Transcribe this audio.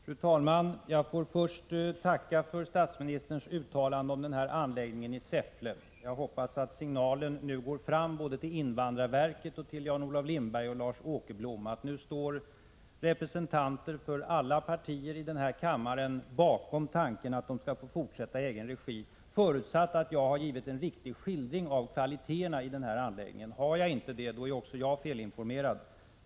Fru talman! Jag får först tacka för statsministerns uttalande om anläggningen i Säffle. Jag hoppas att signalen går fram såväl till invandrarverket som till Jan-Olof Lindberg och Lars Åkerblom, att nu står representanter för alla partier i denna kammare bakom tanken att de här företagarna skall få fortsätta i egen regi. Detta gäller naturligtvis under förutsättning att jag har givit en riktig skildring av kvaliteterna hos denna anläggning. Har jag inte det är också jag felinformerad.